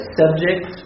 subject